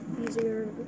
easier